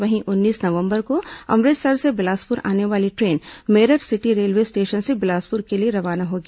वहीं उन्नीस नवंबर को अमृतसर से बिलासपुर आने वाली train Meerut city railway station से बिलासपुर के लिए रवाना होगी